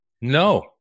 No